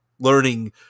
learning